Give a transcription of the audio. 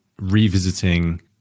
revisiting